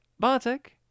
Bartek